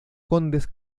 condes